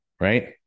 Right